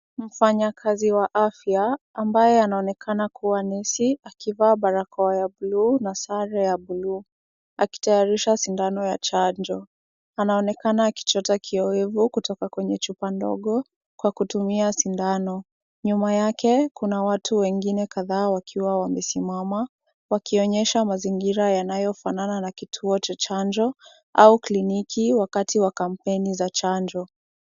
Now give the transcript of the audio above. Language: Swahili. Mfanyakazi wa afya ambaye anaonekana kuwa nesi akivaa barakoa ya bluu na sare ya bluu, akitayarisha sindano ya chanjo. Anaonekana akichota kioevu kutoka chupa ndogo kwa kutumia sindano, nyuma yake kuna watu wengine kadha wakiwa wamesimama, wakionyesha mazingira yanayofanana na kituo cha chanjo au kliniki wakati wa kampeni za chanjo.